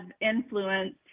influence